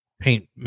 paint